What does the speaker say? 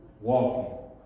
walking